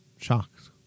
shocked